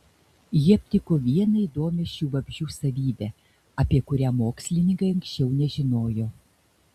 ji aptiko vieną įdomią šių vabzdžių savybę apie kurią mokslininkai anksčiau nežinojo